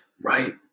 Right